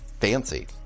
fancy